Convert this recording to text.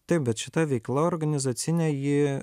taip bet šita veikla organizacinė ji